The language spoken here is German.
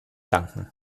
danken